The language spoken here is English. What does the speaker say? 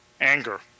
Anger